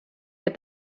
get